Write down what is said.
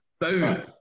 Boom